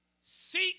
Seek